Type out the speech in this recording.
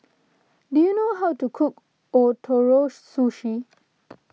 do you know how to cook Ootoro Sushi